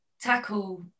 tackle